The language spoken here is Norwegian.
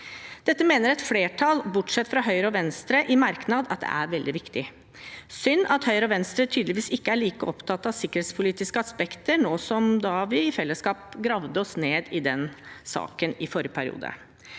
salg til. Et flertall, bortsett fra Høyre og Venstre, skriver i merknad at dette er veldig viktig. Det er synd at Høyre og Venstre tydeligvis ikke er like opptatt av sikkerhetspolitiske aspekter nå, som da vi i fellesskap gravde oss ned i den saken i forrige periode.